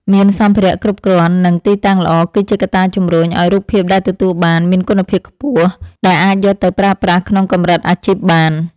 មានសម្ភារៈគ្រប់គ្រាន់ និង ទីតាំងល្អគឺជាកត្តាជម្រុញឱ្យរូបភាពដែលទទួលបានមានគុណភាពខ្ពស់ដែលអាចយកទៅប្រើប្រាស់ក្នុងកម្រិតអាជីពបាន។